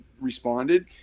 responded